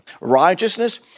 Righteousness